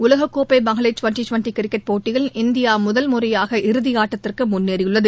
உலகக்கோப்பைமகளிர் twenty twenty cricket போட்டியில் இந்தியாமுதல் முறையாக இறுதிஆட்டத்திற்குமுன்னேறியுள்ளது